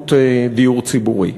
באמצעות דיור ציבורי.